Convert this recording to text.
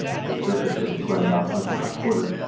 the surface doesn't grind off much of my quarter.